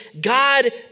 God